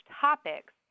topics